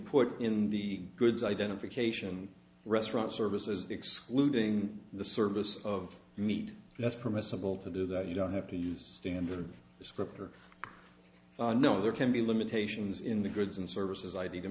put in the goods identification restaurant services excluding the service of meat that's permissible to do that you don't have to use standard descriptor no there can be limitations in the goods and services i